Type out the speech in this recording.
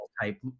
type